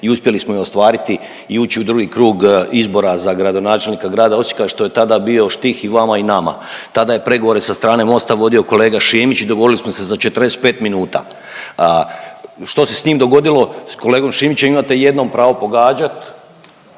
i uspjeli smo ju ostvariti i ući u drugi krug izbora za gradonačelnika grada Osijeka, što je tada bio štih i vama i nama. Tada je pregovore sa strane Mosta vodio kolega Šimić i dogovorili smo se za 45 minuta. Što se s njim dogodilo, s kolegom Šimićem, imate jednom pravo pogađati…